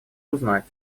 узнать